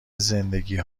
زندگی